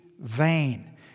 vain